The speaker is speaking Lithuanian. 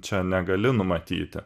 čia negali numatyti